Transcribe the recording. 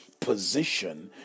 Position